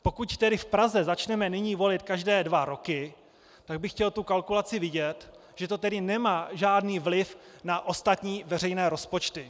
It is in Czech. Pokud tedy v Praze začneme nyní volit každé dva roky, tak bych chtěl tu kalkulaci vidět, že to tedy nemá žádný vliv na ostatní veřejné rozpočty.